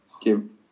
give